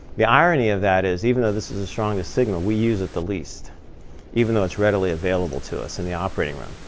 the irony of that is, even though this is the strongest signal, we use it the least even though it's readily available to us in the operating room.